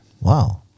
Wow